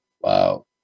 Wow